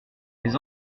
les